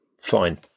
Fine